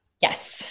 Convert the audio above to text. Yes